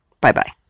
Bye-bye